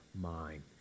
mind